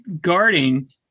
guarding